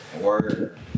Word